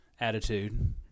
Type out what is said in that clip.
attitude